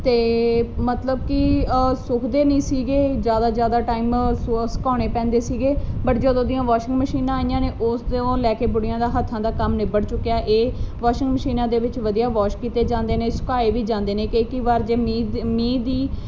ਅਤੇ ਮਤਲਬ ਕਿ ਸੁਕਦੇ ਨਹੀਂ ਸੀਗੇ ਜ਼ਿਆਦਾ ਜ਼ਿਆਦਾ ਟਾਈਮ ਸੁਆ ਸੁਕਾਏ ਪੈਂਦੇ ਸੀਗੇ ਬਟ ਜਦੋਂ ਦੀਆਂ ਵਾਸ਼ਿੰਗ ਮਸ਼ੀਨਾਂ ਆਈਆਂ ਨੇ ਉਸ ਦੇ ਉਹ ਲੈ ਕੇ ਬੁੜੀਆਂ ਦਾ ਹੱਥਾਂ ਦਾ ਕੰਮ ਨਿਬੜ ਚੁੱਕਿਆ ਇਹ ਵਾਸ਼ਿੰਗ ਮਸ਼ੀਨਾਂ ਦੇ ਵਿੱਚ ਵਧੀਆ ਵਾਸ਼ ਕੀਤੇ ਜਾਂਦੇ ਨੇ ਸੁਕਾਏ ਵੀ ਜਾਂਦੇ ਨੇ ਕਈ ਕਈ ਵਾਰ ਜੇ ਮੀਂਹ ਦ ਦੀ